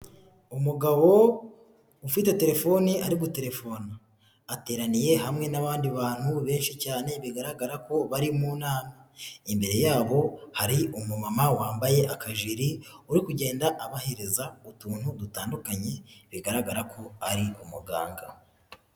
Umugabo ufite terefoni ari guterefona. Ateraniye hamwe n'abandi bantu benshi cyane bigaragara ko bari mu nama. Imbere yabo hari umumama wambaye akajiri, uri kugenda abahereza utuntu dutandukanye bigaragara ko ari umuganga.